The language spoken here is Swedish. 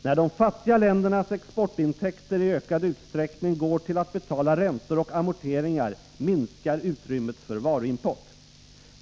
När de fattiga ländernas exportintäkter i ökad utsträckning går till att betala räntor och amorteringar minskar utrymmet för varuimport.